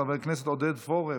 חבר הכנסת עודד פורר,